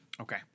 Okay